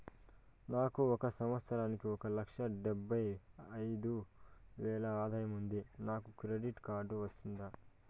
నాకు ఒక సంవత్సరానికి ఒక లక్ష డెబ్బై అయిదు వేలు ఆదాయం ఉంది నాకు క్రెడిట్ కార్డు వస్తుందా?